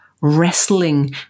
wrestling